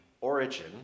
origin